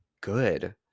good